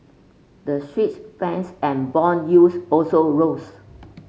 the Swiss France and bond yields also rose